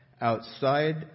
outside